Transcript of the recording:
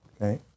Okay